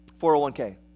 401K